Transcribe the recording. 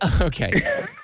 okay